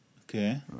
Okay